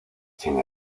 sin